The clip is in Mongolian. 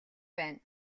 байна